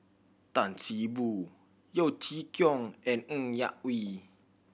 Tan See Boo Yeo Chee Kiong and Ng Yak Whee